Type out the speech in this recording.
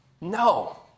No